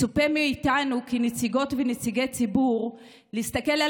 מצופה מאיתנו כנציגות וכנציגי ציבור להסתכל על